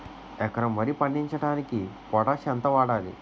ఎకరం వరి పండించటానికి పొటాష్ ఎంత వాడాలి?